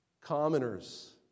commoners